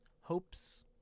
Hopes